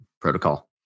protocol